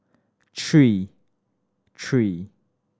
three three